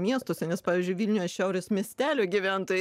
miestuose nes pavyzdžiui vilniuje šiaurės miestelio gyventojai